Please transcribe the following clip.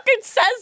says